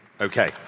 Okay